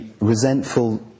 resentful